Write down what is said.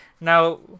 Now